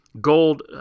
gold